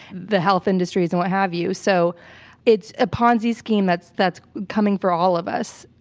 the health industries and what have you. so it's a ponzi scheme that's that's coming for all of us.